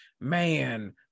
man